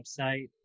website